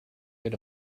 rid